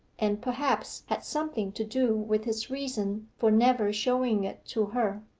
and perhaps had something to do with his reason for never showing it to her.